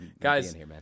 Guys